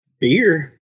beer